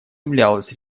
являлось